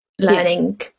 learning